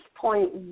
point